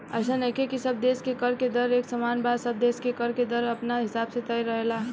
अइसन नइखे की सब देश के कर के दर एक समान बा सब देश के कर के दर अपना हिसाब से तय रहेला